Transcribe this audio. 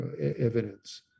evidence